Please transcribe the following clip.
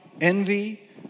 envy